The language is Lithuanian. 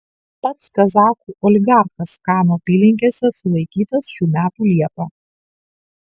pats kazachų oligarchas kanų apylinkėse sulaikytas šių metų liepą